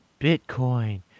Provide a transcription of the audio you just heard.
Bitcoin